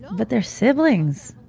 but they're siblings!